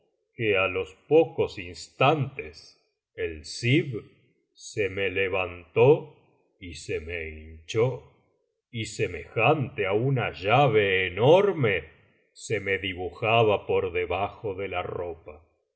que á los pocos instantes el zib se me levantó y se me hinchó y semejante á una llave enorme se me dibujaba por debajo de la ropa